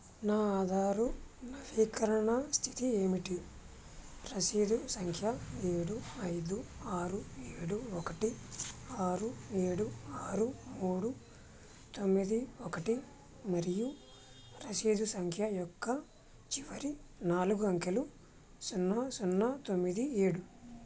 నా ఆధారు నవీకరణ స్థితి ఏమిటి రసీదు సంఖ్య ఏడు ఐదు ఆరు ఏడు ఒకటి ఆరు ఏడు ఆరు మూడు తొమ్మిది ఒకటి మరియు రసీదు సంఖ్య యొక్క చివరి నాలుగు అంకెలు సున్నా సున్నా తొమ్మిది ఏడు